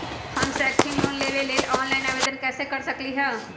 हम शैक्षिक लोन लेबे लेल ऑनलाइन आवेदन कैसे कर सकली ह?